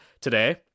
today